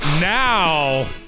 now